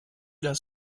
das